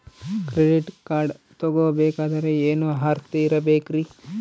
Credit card ತೊಗೋ ಬೇಕಾದರೆ ಏನು ಅರ್ಹತೆ ಇರಬೇಕ್ರಿ?